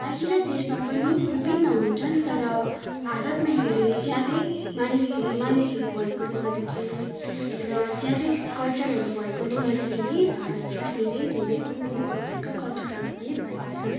बाहिर देशमा पनि विभिन्न हुन्छन् तर भारतमा हेऱ्यो भने ज्यादै मानिस भ मानिसहरू भएकोले गर्दाखेरि र ज्यादै कल्चरहरू भएकोले गर्दाखेरि भारतमा धेरै धेरै विभिन्न प्रकारका कलचरहरू पनि पाइन्छन्